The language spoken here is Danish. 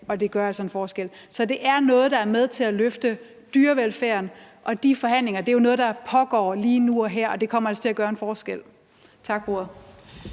og det gør altså en forskel. Så det er noget, der er med til at løfte dyrevelfærden, og de forhandlinger er jo noget, der pågår lige nu og her, og det kommer altså til at gøre en forskel. Tak for